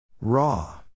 Raw